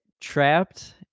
trapped